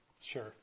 Sure